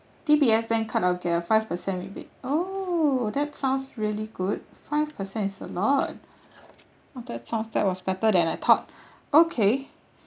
D_B_S bank card I'll get a five percent rebate oh that sounds really good five percent is a lot oh that sounds that was better than I thought okay